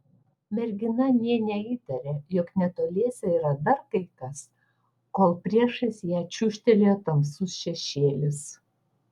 mergina nė neįtarė jog netoliese yra dar kai kas kol priešais ją čiūžtelėjo tamsus šešėlis